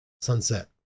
Sunset